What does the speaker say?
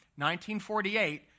1948